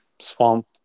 swamp